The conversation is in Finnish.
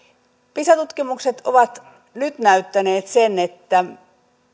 pisa tutkimukset ovat nyt näyttäneet sen että